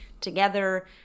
together